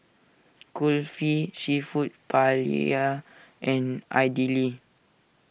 Kulfi Seafood Paella and Idili